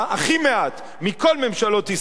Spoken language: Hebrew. הכי מעט מבכל ממשלות ישראל,